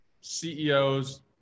CEOs